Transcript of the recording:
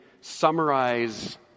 summarize